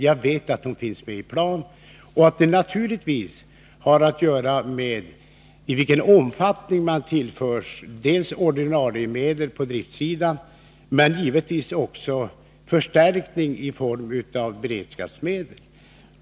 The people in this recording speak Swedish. Det har naturligtvis att göra med i vilken omfattning man tillförs dels ordinarie medel på driftssidan, dels också förstärkningar i form av beredskapsmedel.